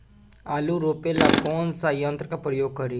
आलू रोपे ला कौन सा यंत्र का प्रयोग करी?